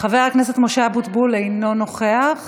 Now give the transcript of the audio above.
חבר הכנסת משה אבוטבול, אינו נוכח.